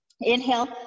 Inhale